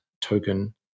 token